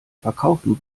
verkaufen